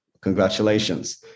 congratulations